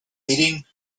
meeting